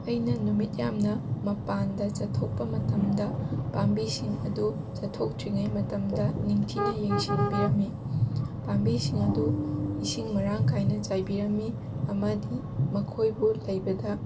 ꯑꯩꯅ ꯅꯨꯃꯤꯠ ꯌꯥꯝꯅ ꯃꯄꯥꯟꯗ ꯆꯠꯊꯣꯛꯄ ꯃꯇꯝꯗ ꯄꯥꯝꯕꯤꯁꯤꯡ ꯑꯗꯨ ꯆꯠꯊꯣꯛꯇ꯭ꯔꯤꯉꯩ ꯃꯇꯝꯗ ꯅꯤꯡꯊꯤꯅ ꯌꯦꯡꯁꯤꯟꯕꯤꯔꯝꯃꯤ ꯄꯥꯝꯕꯤꯁꯤꯡ ꯑꯗꯨ ꯏꯁꯤꯡ ꯃꯔꯥꯡ ꯀꯥꯏꯅ ꯆꯥꯏꯕꯤꯔꯝꯃꯤ ꯑꯃꯗꯤ ꯃꯈꯣꯏꯕꯨ ꯂꯩꯕꯗ